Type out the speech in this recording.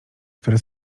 które